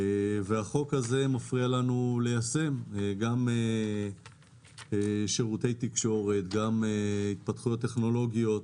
החוק הזה מפריע לנו ליישם שירותי תקשורת והתפתחויות טכנולוגיות,